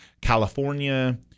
California